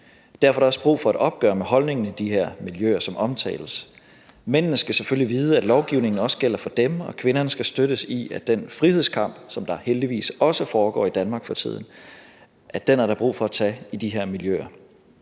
Derfor er der også brug for et opgør med holdningen i de miljøer, som omtales. Mændene skal selvfølgelig vide, at lovgivningen også gælder for dem, og kvinderne skal støttes i, at den frihedskamp, som der heldigvis også foregår i Danmark for tiden, er der brug for at tage i de her miljøer.